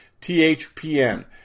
THPN